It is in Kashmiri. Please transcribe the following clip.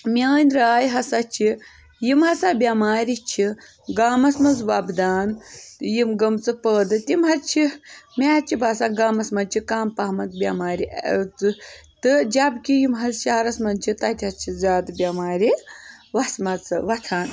میٛٲنۍ راے ہَسا چھِ یِم ہَسا بؠمارِ چھِ گامَس منٛز وۄپدان یِم گٕمژٕ پٲدٕ تِم حظ چھِ مےٚ حظ چھِ باسان گامَس منٛز چھِ کَم پہمَتھ بؠمارِ تہٕ تہٕ جب کہِ یِم حظ شہرَس منٛز چھِ تَتہِ حظ چھِ زیادٕ بؠمارِ وَژھمَژٕ وۄتھان